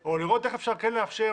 או לראות איך אפשר כן לאפשר.